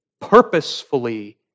purposefully